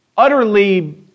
Utterly